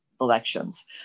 elections